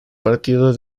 partido